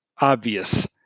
obvious